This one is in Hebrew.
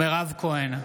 מירב כהן,